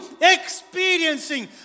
experiencing